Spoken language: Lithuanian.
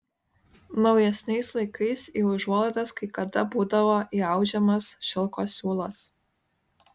naujesniais laikais į užuolaidas kai kada būdavo įaudžiamas šilko siūlas